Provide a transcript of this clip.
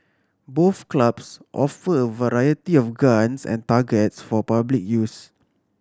both clubs offer a variety of guns and targets for public use